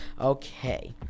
Okay